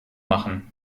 machen